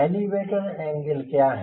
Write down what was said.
elevator angle क्या है